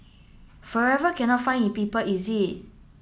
forever cannot find it people is it